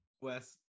Wes